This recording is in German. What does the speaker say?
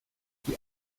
die